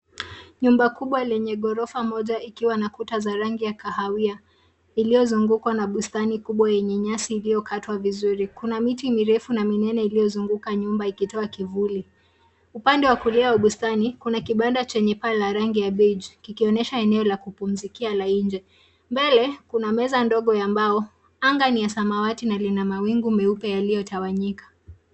Nyumba kubwa lenye ghorofa moja likiwa na kuta za rangi ya kahawia iliyozungukwa na bustani kubwa yenye nyasi iliyokatwa vizuri. Kuna miti mirefu na minene iliyozunguka ikitoa kivuli. Upande wa kulia wa bustani kuna kibanda chenye paa la rangi ya beige kikionyesha eneo la kupumzikia la nje. Mbele kuna meza ndogo ya mbao. Anga ni ya samawati na lenye mawingu meupe yaliyotawanyika.